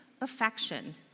affection